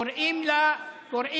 קוראים לה -- כשערבים רוצחים יהודים,